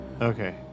Okay